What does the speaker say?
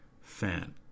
fan